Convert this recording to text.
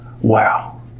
wow